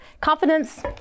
Confidence